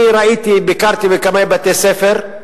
אני ביקרתי בכמה בתי-ספר,